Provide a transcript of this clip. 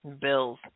Bills